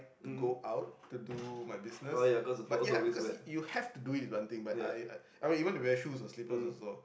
to go out to do my business but ya because you have to do it one thing but I I wear shoe or slipper also